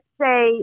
say